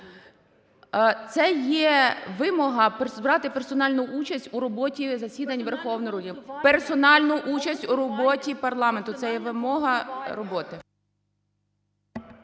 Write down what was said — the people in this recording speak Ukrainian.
Це є вимога брати персонально участь у роботі засідань Верховної Ради. Персональну участь в роботі парламенту – це є вимога роботи.